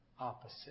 opposite